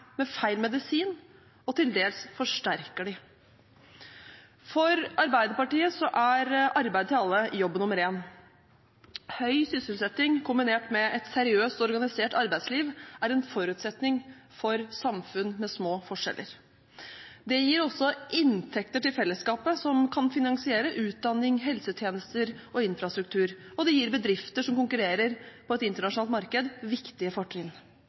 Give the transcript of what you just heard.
med feil medisin – og til dels forsterker dem. For Arbeiderpartiet er arbeid til alle jobb nummer én. Høy sysselsetting, kombinert med et seriøst organisert arbeidsliv, er en forutsetning for samfunn med små forskjeller. Det gir også inntekter til fellesskapet som kan finansiere utdanning, helsetjenester og infrastruktur, og det gir bedrifter som konkurrerer på et internasjonalt marked, viktige fortrinn.